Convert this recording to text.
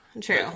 True